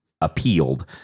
appealed